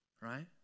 right